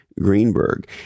Greenberg